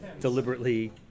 deliberately